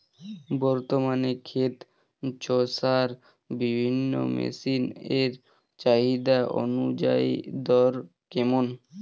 বর্তমানে ক্ষেত চষার বিভিন্ন মেশিন এর চাহিদা অনুযায়ী দর কেমন?